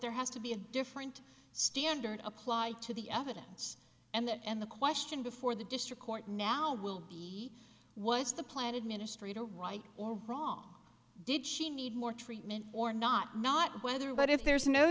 there has to be a different standard applied to the evidence and the question before the district court now will be what's the plan administrator right or wrong did she need more treatment or not not whether but if there's no